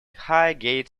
highgate